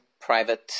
private